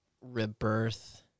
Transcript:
rebirth